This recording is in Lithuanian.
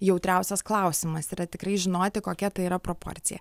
jautriausias klausimas yra tikrai žinoti kokia tai yra proporcija